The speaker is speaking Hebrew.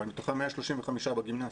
אבל מתוכם 135 בגימנסיה.